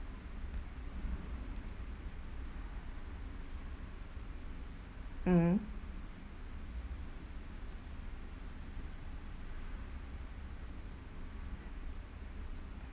mm